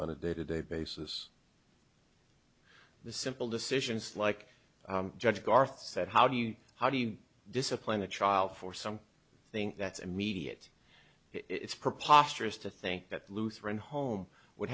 on a day to day basis the simple decisions like judge garth said how do you how do you discipline a child for some thing that's immediate it's preposterous to think that lutheran home would